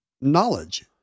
knowledge